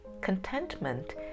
Contentment